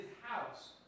house